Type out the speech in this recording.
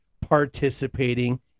participating